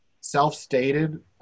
self-stated